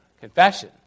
confession